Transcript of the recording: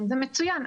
זה מצוין,